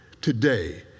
today